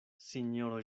sinjoro